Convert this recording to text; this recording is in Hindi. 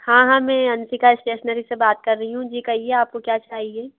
हाँ हाँ मैं आंशिक इस्टेसनरी से बात कर रही हूँ जी कहिए आपको क्या चाहिए